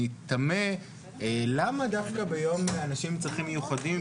אני תמהה למה דווקא ביום לאנשים עם צרכים מיוחדים,